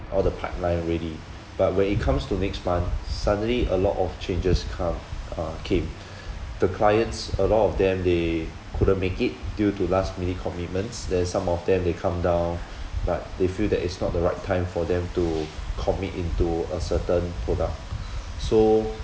all the pipeline ready but when it comes to next month suddenly a lot of changes come uh came the clients a lot of them they couldn't make it due to last minute commitments then some of them they come down but they feel that it's not the right time for them to commit into a certain product so